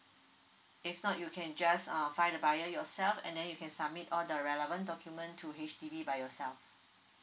if not you can just uh find the buyer yourself and then you can submit all the relevant document to H_D_B by yourself